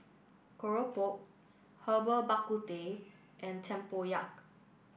Keropok Herbal Bak Ku Teh and Tempoyak